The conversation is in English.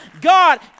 God